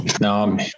No